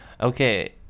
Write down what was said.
Okay